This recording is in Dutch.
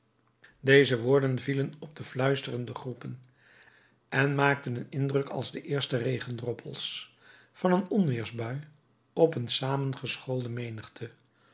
deze woorden vielen op de fluisterende groepen en maakten een indruk als de eerste regendroppels van een onweersbui op een samengeschoolde menigte